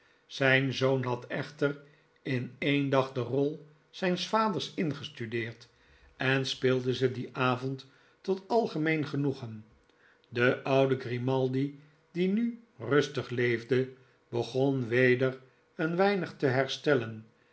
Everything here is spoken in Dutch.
zijn zoon had echter in e'en dag derolzijns vaders ingestudeerd en speelde ze dien avond tot algemeen genoegen de oude grimaldi die nu rustig leefde begon weder een weinig te herstellen